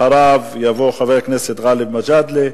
אחריו, חבר הכנסת גאלב מג'אדלה.